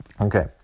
Okay